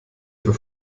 für